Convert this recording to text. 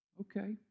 okay